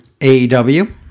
aew